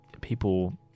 people